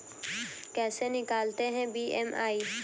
कैसे निकालते हैं बी.एम.आई?